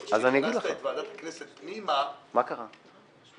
ברגע שהכנסת את ועדת הכנסת פנימה --- אגיד לך משהו.